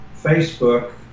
Facebook